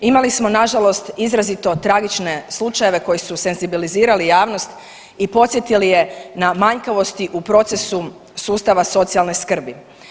Imali smo na žalost izrazito tragične slučajeve koji su senzibilizirali javnost i podsjetili je na manjkavosti sustava socijalne skrbi.